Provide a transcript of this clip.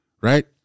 Right